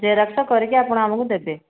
xerox କରିକି ଆପଣ ଆମକୁ ଦେବେ